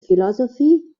philosophy